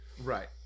Right